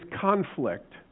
conflict